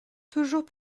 toujours